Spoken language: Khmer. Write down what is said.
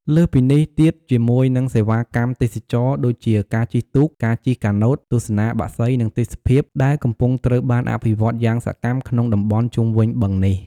លើសពិនេះទៀតជាមួយនឹងសេវាកម្មទេសចរណ៍ដូចជា ការជិះទូក ការជិះកាណូត ទស្សនាបក្សី និងទេសភាព ដែលកំពុងត្រូវបានអភិវឌ្ឍន៍យ៉ាងសកម្មក្នុងតំបន់ជុំវិញបឹងនេះ។